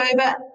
over